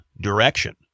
direction